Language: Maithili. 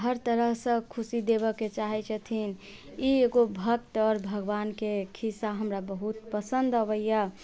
हर तरह से खुशी देबऽ के चाहे छथिन ई एगो भक्त आओर भगवान के खिस्सा हमरा बहुत पसन्द अबैया